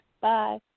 Bye